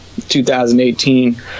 2018